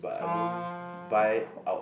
orh